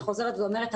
אני חוזרת ואומרת,